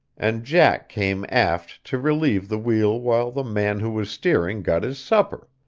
and jack came aft to relieve the wheel while the man who was steering got his supper.